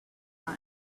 time